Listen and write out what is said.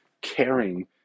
caring